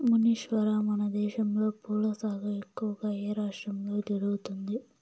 మునీశ్వర, మనదేశంలో పూల సాగు ఎక్కువగా ఏ రాష్ట్రంలో జరుగుతుంది